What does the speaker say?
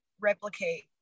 replicate